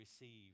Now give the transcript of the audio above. receive